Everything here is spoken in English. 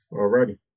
Alrighty